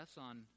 on